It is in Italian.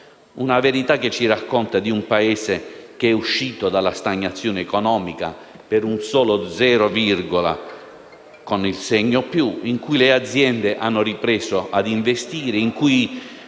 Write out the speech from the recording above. Governo ci racconta di un Paese che è uscito dalla stagnazione economica per un solo «zero virgola» con il segno «più» e in cui le aziende hanno ripreso a investire,